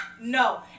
No